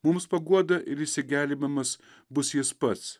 mums paguoda ir išsigelbėjimas bus jis pats